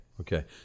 Okay